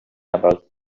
about